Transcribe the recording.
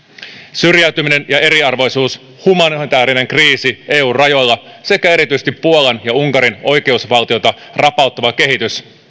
syrjäytyminen ja eriarvoisuus humanitäärinen kriisi eun rajoilla sekä erityisesti puolan ja unkarin oikeusvaltiota rapauttava kehitys